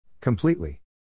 Completely